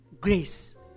grace